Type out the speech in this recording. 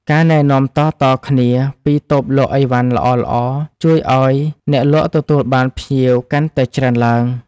ការណែនាំតៗគ្នាពីតូបលក់ឥវ៉ាន់ល្អៗជួយឱ្យអ្នកលក់ទទួលបានភ្ញៀវកាន់តែច្រើនឡើង។